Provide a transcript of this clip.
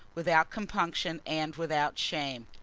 without compunction and without shame.